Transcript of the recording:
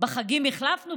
בחגים החלפנו,